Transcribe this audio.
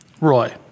Roy